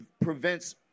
prevents